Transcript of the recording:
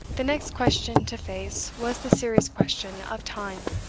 the next question to face was the serious question of time.